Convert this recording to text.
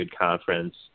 conference